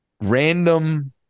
Random